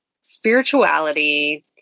spirituality